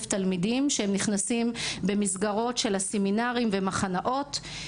תלמידים שנכנסים במסגרות של סמינרים ומחנאות.